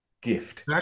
gift